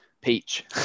Peach